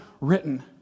written